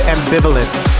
Ambivalence